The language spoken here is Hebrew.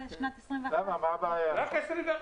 מדם ליבנו.